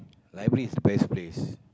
library is the best place